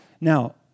Now